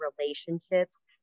relationships